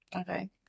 okay